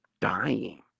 dying